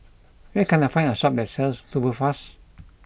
where can I find a shop that sells Tubifast